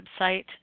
website